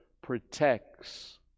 protects